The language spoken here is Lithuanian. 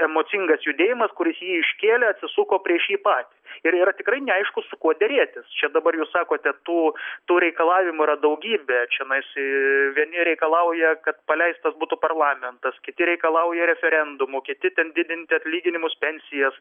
emocingas judėjimas kuris jį iškėlė atsisuko prieš jį patį ir yra tikrai neaišku su kuo derėtis čia dabar jūs sakote tų tų reikalavimų yra daugybė čionais vieni reikalauja kad paleistas būtų parlamentas kiti reikalauja referendumo keti ten didinti atlyginimus pensijas